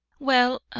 well,